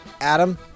Adam